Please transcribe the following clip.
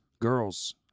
girls